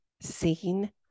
seen